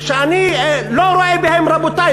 כשאני לא רואה בהם "רבותי",